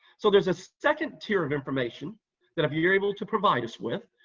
so there's a second tier of information that if you're you're able to provide us with,